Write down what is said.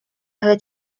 ale